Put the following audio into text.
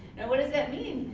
and what does that mean?